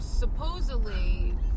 supposedly